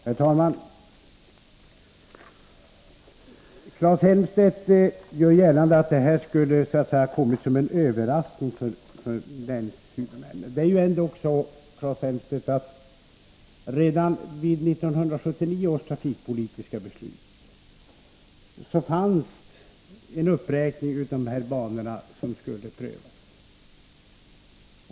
Herr talman! Claes Elmstedt gör gällande att det här skulle ha kommit som en överraskning för länshuvudmännen. Men redan i 1979 års trafikpolitiska beslut fanns en uppräkning av de bandelar som skulle prövas.